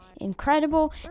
incredible